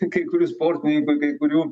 kai kurių sportininkų kai kurių